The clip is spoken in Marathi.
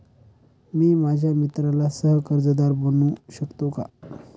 मी माझ्या मित्राला सह कर्जदार बनवू शकतो का?